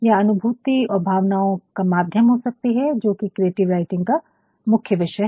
यह अनुभूति और भावनाओं का माध्यम हो सकती है जो कि क्रिएटिव राइटिंग का मुख्य विषय है